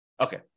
Okay